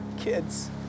kids